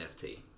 NFT